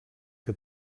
que